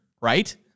right